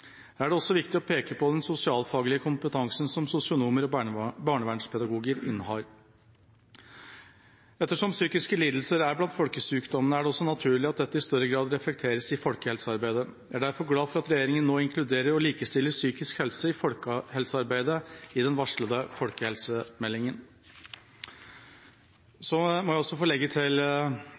er det også viktig å peke på den sosialfaglige kompetansen som sosionomer og barnevernspedagoger har. Ettersom psykiske lidelser er blant folkesykdommene, er det også naturlig at dette i større grad reflekteres i folkehelsearbeidet. Jeg er derfor glad for at regjeringa nå inkluderer og likestiller psykisk helse i folkehelsearbeidet i den varslede folkehelsemeldinga. Jeg vil også få legge til